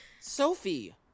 Sophie